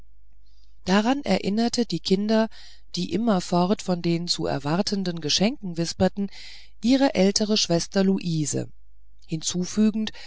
daran erinnerte die kinder die immerfort von den zu erwartenden geschenken wisperten ihre ältere schwester luise hinzufügend